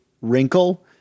wrinkle